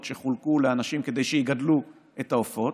שחולקו לאנשים כדי שיגדלו את העופות,